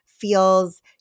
feels